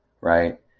right